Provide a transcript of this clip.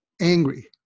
angry